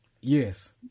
Yes